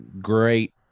great